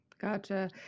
Gotcha